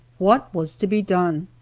what was to be done?